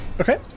Okay